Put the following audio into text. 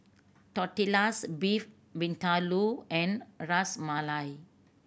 Tortillas Beef Vindaloo and Ras Malai